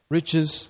riches